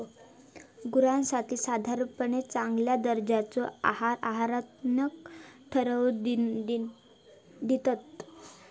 गुरांसाठी साधारणपणे चांगल्या दर्जाचो आहार आहारतज्ञ ठरवन दितत